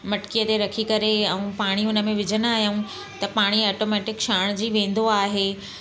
मटिके ते रखी करे ऐं पाणी हुन में विझंदा आहियूं त पाणी आटोमैटिक छाणिजी वेंदो आहे